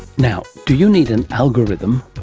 now, do you need an algorithm,